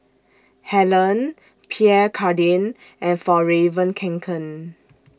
Helen Pierre Cardin and Fjallraven Kanken